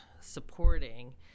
supporting